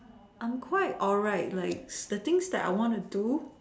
I'm quite alright like the things that I want to do